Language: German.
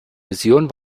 mission